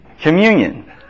communion